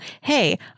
hey